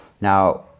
Now